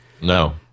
No